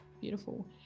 Beautiful